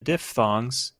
diphthongs